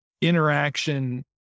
interaction